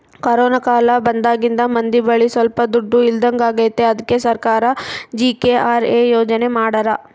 corona ಕಾಲ ಬಂದಾಗಿಂದ ಮಂದಿ ಬಳಿ ಸೊಲ್ಪ ದುಡ್ಡು ಇಲ್ದಂಗಾಗೈತಿ ಅದ್ಕೆ ಸರ್ಕಾರ ಜಿ.ಕೆ.ಆರ್.ಎ ಯೋಜನೆ ಮಾಡಾರ